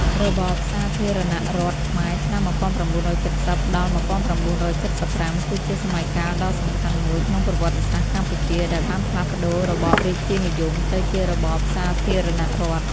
របបសាធារណរដ្ឋខ្មែរ (ឆ្នាំ ១៩៧០-១៩៧៥) គឺជាសម័យកាលដ៏សំខាន់មួយក្នុងប្រវត្តិសាស្ត្រកម្ពុជា ដែលបានផ្លាស់ប្ដូររបបរាជានិយមទៅជារបបសាធារណរដ្ឋ។